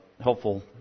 helpful